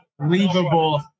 unbelievable